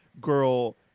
girl